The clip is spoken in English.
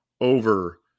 over